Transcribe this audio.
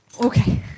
Okay